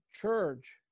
church